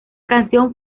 canción